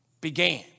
began